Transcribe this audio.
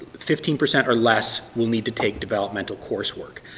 fifteen percent or less will need to take developmental coursework.